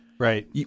Right